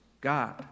God